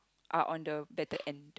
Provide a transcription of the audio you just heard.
are on the better end